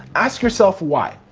ask yourself why?